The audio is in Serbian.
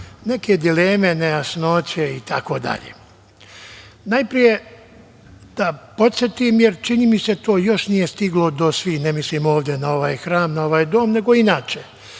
neke dileme, nejasnoće itd. Najpre da podsetim, jer čini mi se, to još nije stiglo do svih, ne mislim ovde na ovaj hram, na ovaj dom, nego inače.